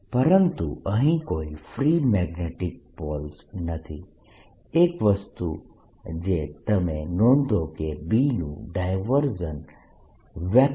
પરંતુ અહીં કોઈ ફ્રી મેગ્નેટીક પોલ્સ નથી એક વસ્તુ જે તમે નોંધો કે B નું ડાયવર્જન્સ